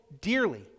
dearly